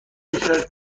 میکرد